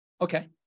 Okay